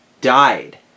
died